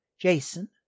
Jason